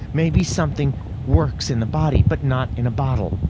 maybe something works in the body but not in a bottle.